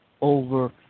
over